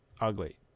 ugly